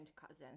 cousins